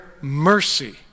mercy